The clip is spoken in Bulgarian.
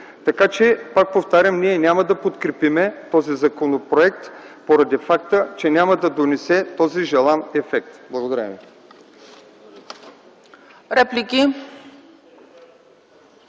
бюджет. Пак повтарям, ние няма да подкрепим този законопроект, поради факта, че няма да донесе този желан ефект. Благодаря ви.